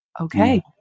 okay